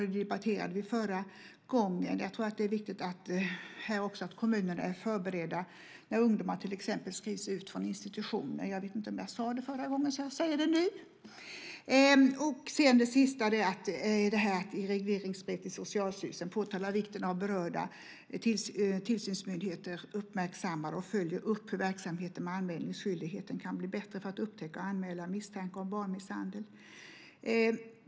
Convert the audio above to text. Det debatterade vi förra gången. Jag tror att det är viktigt att kommunerna är förberedda när ungdomar till exempel skrivs ut från institutioner. Jag vet inte om jag sade det förra gången, så jag säger det nu. Det sista är att i regleringsbrevet till Socialstyrelsen påtala vikten av att berörda tillsynsmyndigheter uppmärksammar och följer upp hur verksamheten med anmälningsskyldigheten kan bli bättre för att upptäcka och anmäla misstanke om barnmisshandel.